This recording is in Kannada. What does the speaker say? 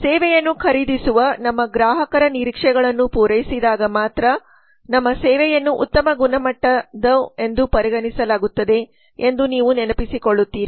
ಸೇವೆಯನ್ನು ಖರೀದಿಸುವ ನಮ್ಮ ಗ್ರಾಹಕರ ನಿರೀಕ್ಷೆಗಳನ್ನು ಪೂರೈಸಿದಾಗ ಮಾತ್ರ ನಮ್ಮ ಸೇವೆಯನ್ನು ಉತ್ತಮ ಗುಣಮಟ್ಟದ ಎಂದು ಪರಿಗಣಿಸಲಾಗುತ್ತದೆ ಎಂದು ನೀವು ನೆನಪಿಸಿಕೊಳ್ಳುತ್ತೀರಿ